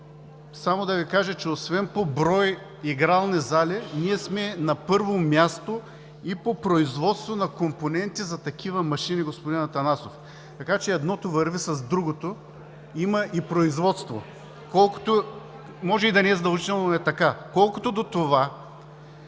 Само да Ви кажа, че освен по брой игрални зали, ние сме на първо място и по производство на компоненти за такива машини, господин Атанасов. Така че едното върви с другото – има и производство. (Реплика от ОП.)